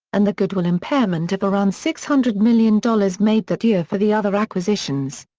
and the goodwill impairment of around six hundred million dollars made that year for the other acquisitions.